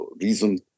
reason